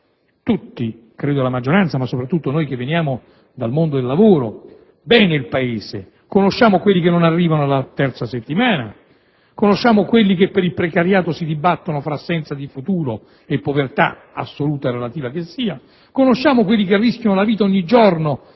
bene, credo la maggioranza ma soprattutto noi che veniamo dal mondo del lavoro, il Paese, conosciamo quelli che non arrivano alla terza settimana, conosciamo quelli che per il precariato si dibattono tra assenza di futuro e povertà assoluta o relativa che sia. Sappiamo di tutti coloro che rischiano la vita ogni giorno